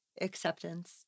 acceptance